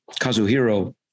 Kazuhiro